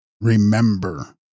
Remember